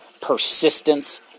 persistence